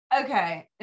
okay